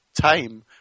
time